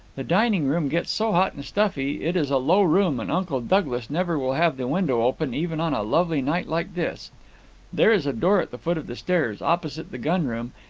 the dining-room gets so hot and stuffy it is a low room, and uncle douglas never will have the window open, even on a lovely night like this there is a door at the foot of the stairs, opposite the gun-room,